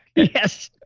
yes.